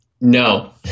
No